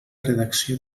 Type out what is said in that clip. redacció